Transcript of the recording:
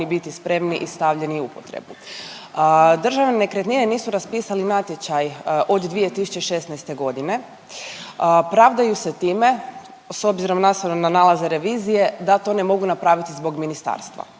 biti spremni i stavljeni u upotrebu. Državne nekretnine nisu raspisali natječaj od 2016. godine. Pravdaju se time s obzirom nastavno na nalaze revizije da to ne mogu napraviti zbog ministarstva